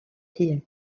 hun